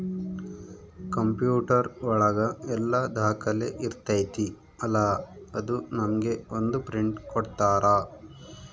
computer ಒಳಗ ಎಲ್ಲ ದಾಖಲೆ ಇರ್ತೈತಿ ಅಲಾ ಅದು ನಮ್ಗೆ ಒಂದ್ ಪ್ರಿಂಟ್ ಕೊಡ್ತಾರ